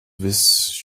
with